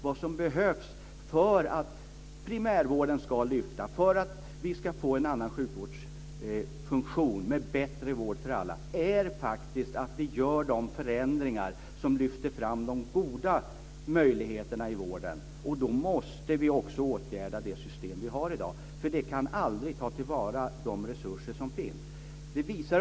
Vad som behövs för att primärvården ska lyfta, för att vi ska få en annan sjukvårdsfunktion med bättre vård för alla, är faktiskt att vi gör de förändringar som lyfter fram de goda möjligheterna i vården. Då måste vi också åtgärda det system vi har i dag. Det kan aldrig ta tillvara de resurser som finns.